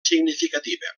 significativa